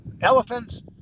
elephants